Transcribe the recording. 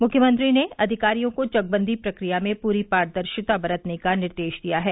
मुख्यमंत्री ने अधिकारियों को चकबंदी प्रक्रिया में पूरी पारदर्शिता बरतने का निर्देश दिया है